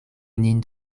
nin